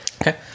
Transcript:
okay